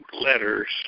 letters